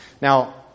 Now